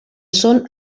són